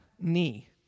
knee